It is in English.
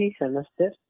semester